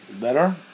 Better